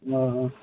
हां